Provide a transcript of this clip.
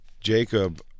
Jacob